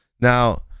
Now